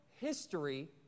history